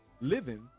living